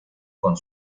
con